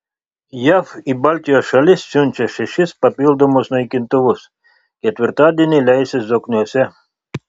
jav į baltijos šalis siunčia šešis papildomus naikintuvus ketvirtadienį leisis zokniuose